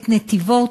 את נתיבות,